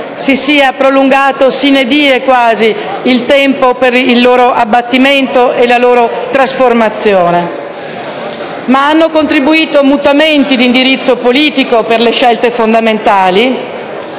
si sia prolungato, quasi *sine die*, il tempo per il loro abbattimento e la loro trasformazione. Ma hanno contributo mutamenti di indirizzo politico per le scelte fondamentali,